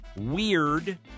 weird